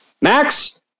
Max